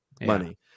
money